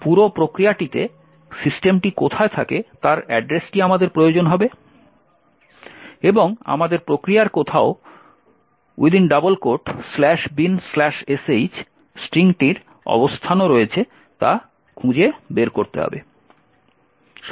পুরো প্রক্রিয়াটিতে সিস্টেমটি কোথায় থাকে তার অ্যাড্রেসটি আমাদের প্রয়োজন হবে এবং আমাদের প্রক্রিয়ার কোথাও ""binsh"" স্ট্রিংটির অবস্থানও রয়েছে তা খুঁজে বের করতে হবে